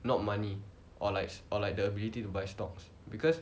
not money or like or like the ability to buy stocks because